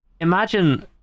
imagine